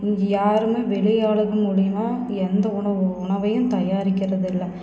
இங்கே யாருமே வெளி ஆளுகள் மூலிமா எந்த உணவும் உணவையும் தயாரிக்கிறது இல்லை